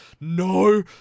no